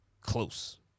close